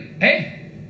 Hey